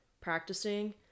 practicing